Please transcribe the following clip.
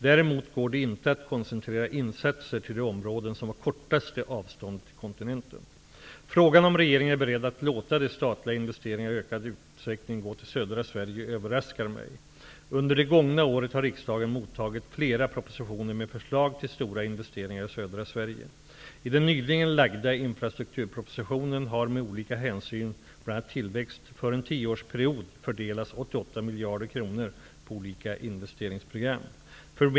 Däremot går det inte att koncentrera insatser till de områden som har kortaste avståndet till kontinenten. Frågan om regeringen är beredd att låta de statliga investeringarna i ökad utsträckning gå till södra Sverige överraskar mig. Under det gångna året har riksdagen mottagit flera propositioner med förslag till stora investeringar i södra Sverige. I den nyligen framlagda infrastrukturpropositionen har med olika hänsyn, bl.a. tillväxt, för en tioårsperiod fördelats 88 miljarder kronor på olika investeringsprogram.